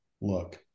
look